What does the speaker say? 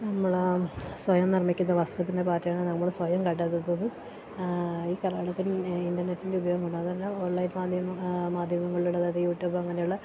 നമ്മൾ സ്വയം നിർമ്മിക്കുന്ന വസ്ത്രത്തിൻ്റെ പാറ്റേണ് നമ്മൾ സ്വയം കണ്ടേത്തുന്നതും ഈ കാലഘട്ടത്തിൽ ഇൻറ്റർനെറ്റിൻ്റെ ഉപയോഗംകൊണ്ട് അതല്ല ഓൺലൈൻ മാധ്യമ മാധ്യമങ്ങളിലുടെ അതായത് യൂട്യൂബ് അങ്ങനെയുള്ള